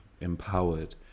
empowered